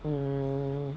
mm